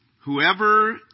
whoever